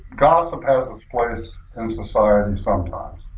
gossip has its place in society sometimes.